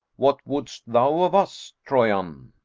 what wouldst thou of us, troyan?